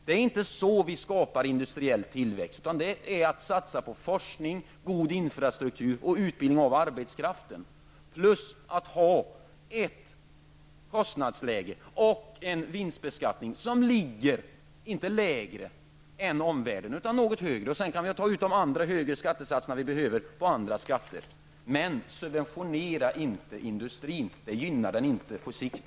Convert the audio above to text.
Det är inte så vi skapar industriell tillväxt, utan det är genom att satsa på forskning, god infrastruktur och utbildning av arbetskraften samt genom att ha ett kostnadsläge och en vinstbeskattning som inte är lägre än omvärldens utan något högre. De andra skattehöjningar som vi behöver kan vi ta ut genom andra skatter. Men subventionera inte industrin -- det gynnar den inte på sikt!